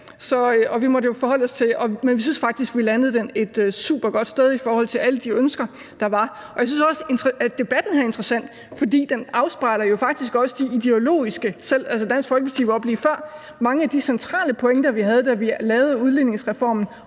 vi synes faktisk, vi landede den et super godt sted i forhold til alle de ønsker, der var. Jeg synes også, at debatten her er interessant, fordi den jo faktisk også afspejler – Dansk Folkeparti var heroppe lige før – mange af de centrale og ideologiske pointer, vi havde, da vi lavede udligningsreformen,